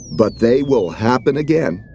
but they will happen again.